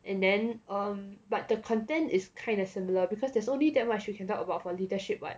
and then um but the content is kind of similar because there's only that much you can talk about for leadership [what]